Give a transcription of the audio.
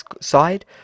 side